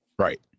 right